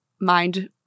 mind